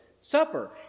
Supper